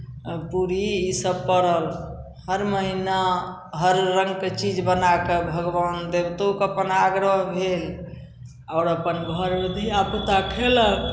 पूरी इसभ पड़ल हर महीना हर रङ्गके चीज बना कऽ भगवान देवतोके अपन आग्रह भेल आओर अपन घरमे धियापुता खयलक